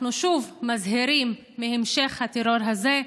אנחנו שוב מזהירים מהמשך הטרור הזה.